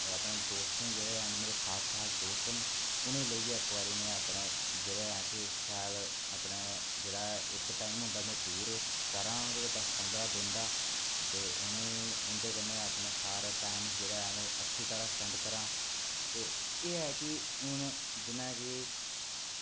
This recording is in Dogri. होर दोस्त मेरे जेह्ड़े हैन ओह् मेरे खास खास दोस्त न उ'नें ई लेइयै इक्क बारी में अपने जेह्ड़ा ऐ की शैल जेह्ड़ा में इक्क बारी होंदा टूर करां दस्स पंद्रहां दिन दा ते उनें ई उंदे कन्नै जेह्ड़ा सारा टैम ऐ अच्छी तरहां स्पैंड करां ते एह् ऐ की हून जियां की